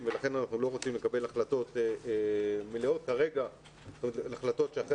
ולכן אנחנו לא רוצים לקבל החלטות מלאות החלטות שאחר